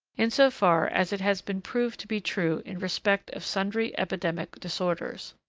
in so far as it has been proved to be true in respect of sundry epidemic disorders.